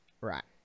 Right